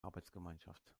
arbeitsgemeinschaft